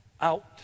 out